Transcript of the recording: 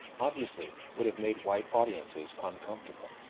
obviously would've made white audiences uncomfortable.